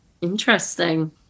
Interesting